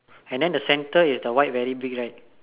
and then the center is the white very big right